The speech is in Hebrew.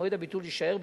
מועד הביטול יישאר,